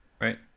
right